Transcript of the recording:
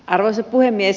arvoisa puhemies